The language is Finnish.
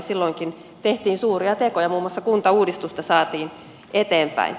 silloinkin tehtiin suuria tekoja muun muassa kuntauudistusta saatiin eteenpäin